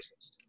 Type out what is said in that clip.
racist